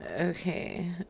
Okay